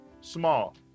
small